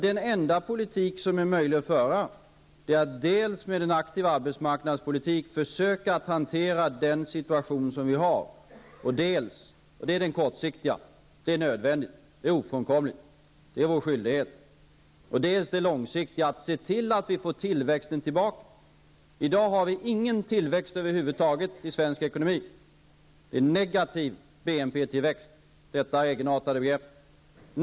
Den enda politik som är möjlig att föra är dels att med en aktiv arbetsmarknadspolitik försöka hantera den situation vi har -- detta är en kortsiktig åtgärd som är nödvändig och ofrånkomlig och vår skyldighet -- dels att på lång sikt se till att vi får tillväxten tillbaka. I dag har vi i svensk ekonomi ingen tillväxt över huvud taget. Det är fråga om en negativ BNP-tillväxt -- ett egenartat begrepp.